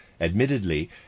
Admittedly